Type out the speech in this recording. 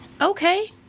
Okay